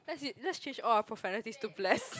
that's it let's change all our profanities to bless